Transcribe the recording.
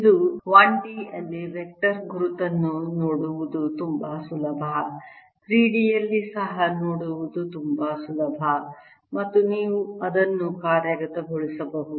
ಇದು 1 d ಯಲ್ಲಿ vector ಗುರುತನ್ನು ನೋಡುವುದು ತುಂಬಾ ಸುಲಭ 3 d ಯಲ್ಲಿ ಸಹ ನೋಡುವುದು ತುಂಬಾ ಸುಲಭ ಮತ್ತು ನೀವು ಅದನ್ನು ಕಾರ್ಯಗತಗೊಳಿಸಬಹುದು